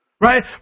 Right